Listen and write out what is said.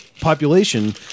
population